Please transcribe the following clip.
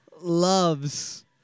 loves